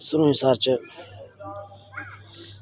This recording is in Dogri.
सरूईंसर च